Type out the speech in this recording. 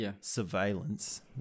surveillance